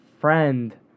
friend